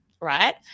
right